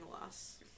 loss